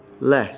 less